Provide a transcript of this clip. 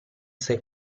sai